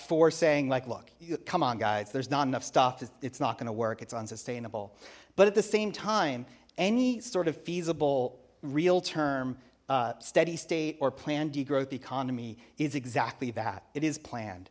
for saying like look come on guys there's not enough stuff it's not gonna work it's unsustainable but at the same time any sort of feasible real term steady state or plan d growth economy is exactly that it is planned